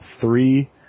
three